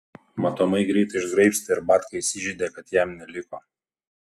matomai greitai išgraibstė ir batka įsižeidė kad jam neliko